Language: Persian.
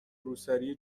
روسری